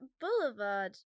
Boulevard